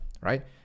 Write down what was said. Right